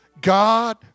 God